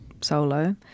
solo